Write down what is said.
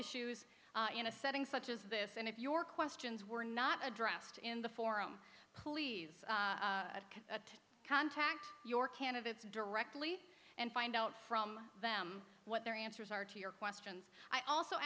issues in a setting such as this and if your questions were not addressed in the forum please contact your candidates directly and find out from them what their answers are to your questions i also